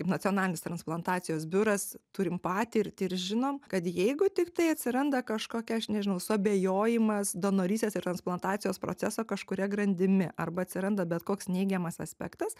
nacionalinis transplantacijos biuras turim patirtį ir žinom kad jeigu tiktai atsiranda kažkokia aš nežinau suabejojimas donorystės ir transplantacijos proceso kažkuria grandimi arba atsiranda bet koks neigiamas aspektas